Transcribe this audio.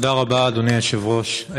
תודה רבה, אדוני היושב-ראש.